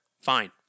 fine